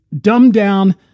dumbed-down